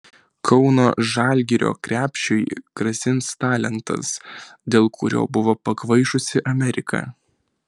kauno žalgirio krepšiui grasins talentas dėl kurio buvo pakvaišusi amerika